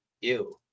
Ew